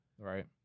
right